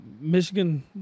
Michigan